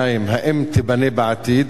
2. האם תיבנה בעתיד?